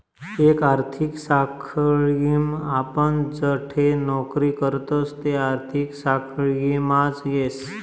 एक आर्थिक साखळीम आपण जठे नौकरी करतस ते आर्थिक साखळीमाच येस